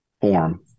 form